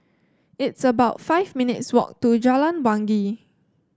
it's about five minutes' walk to Jalan Wangi